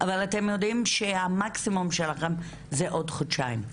אבל אתם יודעים שהמקסימום שלכם זה עוד חודשיים?